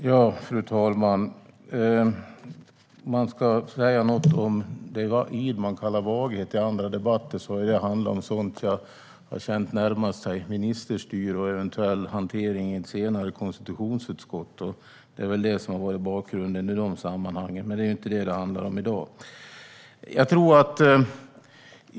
Fru ålderspresident! Om man ska säga något om det som Widman kallar vaghet i andra debatter har det handlat om sådant jag känt har närmat sig ministerstyre och eventuell senare hantering i konstitutionsutskottet. Det är väl det som har varit bakgrunden i de sammanhangen. Men det är inte vad det handlar om i dag.